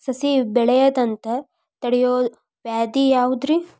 ಸಸಿ ಬೆಳೆಯದಂತ ತಡಿಯೋ ವ್ಯಾಧಿ ಯಾವುದು ರಿ?